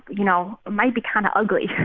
you know, might be kind of ugly